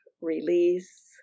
release